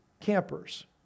campers